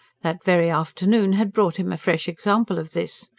that very afternoon had brought him a fresh example of this.